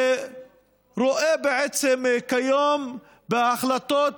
שרואה בעצם כיום בהחלטות